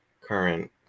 current